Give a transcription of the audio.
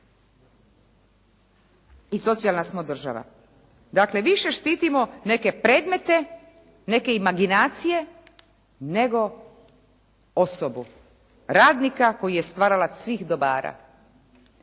I socijalna smo država. Dakle, više štitimo neke predmete, neke imaginacije, nego osobu, radnika koji je stvaralac svih dobara.